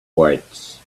weights